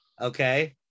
Okay